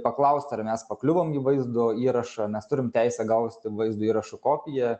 paklausti ar mes pakliuvom į vaizdo įrašą mes turim teisę gausti vaizdo įrašo kopiją